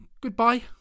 Goodbye